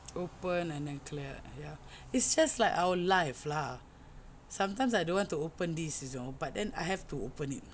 open and then clear ya it's just like our live lah sometimes I don't want to open this you know but then I have to open it